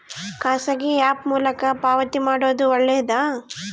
ಖಾಸಗಿ ಆ್ಯಪ್ ಮೂಲಕ ಪಾವತಿ ಮಾಡೋದು ಒಳ್ಳೆದಾ?